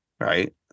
right